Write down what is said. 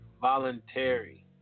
voluntary